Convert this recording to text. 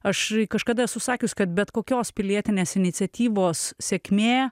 aš kažkada esu sakius kad bet kokios pilietinės iniciatyvos sėkmė